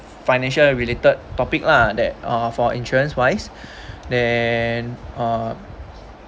financial related topic lah that uh for insurance wise then uh